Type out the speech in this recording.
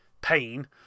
pain